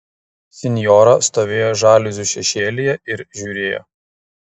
sinjora stovėjo žaliuzių šešėlyje ir žiūrėjo